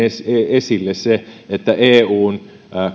esille se että eun